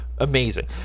Amazing